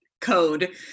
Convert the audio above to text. code